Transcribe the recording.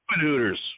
hooters